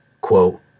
Quote